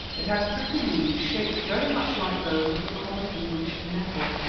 it had prickly leaves, shaped very much like those of the common english nettle.